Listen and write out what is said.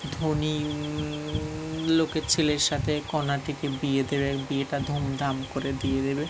ধনী লোকের ছেলের সাথে কন্য্যটিকে বিয়ে দেবে বিয়েটা ধুমধাম করে দিয়ে দেবে